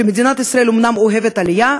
שמדינת ישראל אומנם אוהבת עלייה,